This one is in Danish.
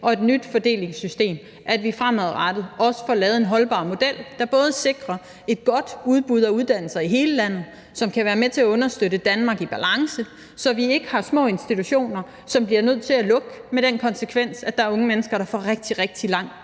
og et nyt fordelingssystem – at vi fremover får lavet en holdbar model, der både sikrer et godt udbud af uddannelser i hele landet, og som kan være med til at understøtte et Danmark i balance, så vi ikke har små institutioner, som bliver nødt til at lukke, med den konsekvens at der er unge mennesker, der får rigtig, rigtig langt